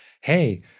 hey